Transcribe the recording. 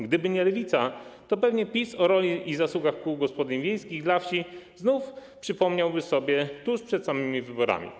Gdyby nie Lewica, to pewnie PiS o roli i zasługach kół gospodyń wiejskich dla wsi znów przypomniałby sobie tuż przed samymi wyborami.